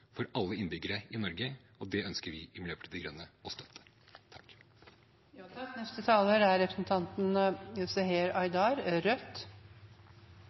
for alle innbyggere i Norge, og det ønsker vi i Miljøpartiet De Grønne å støtte.